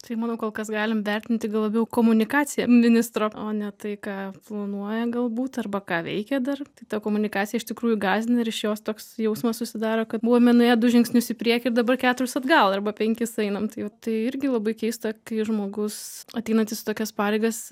tai manau kol kas galim vertinti gal labiau komunikaciją ministro o ne tai ką planuoja galbūt arba ką veikia dar ta komunikacija iš tikrųjų gąsdina ir iš jos toks jausmas susidaro kad buvome nuėję du žingsnius į priekį dabar keturis atgal arba penkis einam tai vat irgi labai keista kai žmogus ateinantis į tokias pareigas